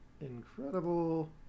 Incredible